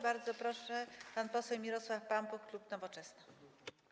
Bardzo proszę, pan poseł Mirosław Pampuch, klub Nowoczesna.